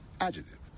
Adjective